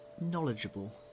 knowledgeable